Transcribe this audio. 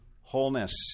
wholeness